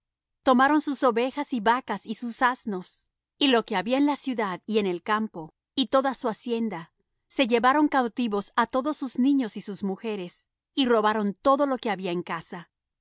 tomaron sus ovejas y vacas y sus asnos y lo que había en la ciudad y en el campo y toda su hacienda se llevaron cautivos á todos sus niños y sus mujeres y robaron todo lo que había en casa